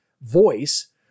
voice